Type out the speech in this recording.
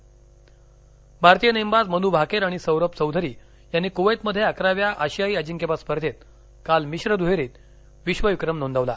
नेमबाजी भारतीय नेमवाज मनू भाकेर आणि सौरभ चौधरी यांनी क्वैतमध्ये अकराव्या आशियाई अजिंक्यपद स्पर्धेत काल मिश्र दुहेरीत विश्व विक्रम नोंदवला